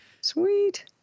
Sweet